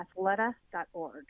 Athleta.org